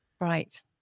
Right